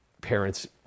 parents